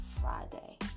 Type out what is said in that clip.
Friday